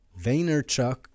vaynerchuk